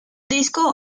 disco